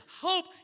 Hope